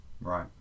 Right